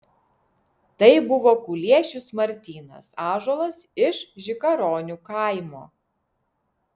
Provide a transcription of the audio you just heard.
tai buvo kuliešius martynas ąžuolas iš žikaronių kaimo